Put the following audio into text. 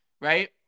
right